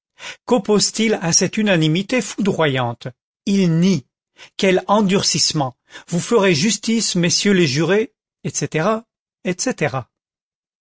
cochepaille quoppose t il à cette unanimité foudroyante il nie quel endurcissement vous ferez justice messieurs les jurés etc etc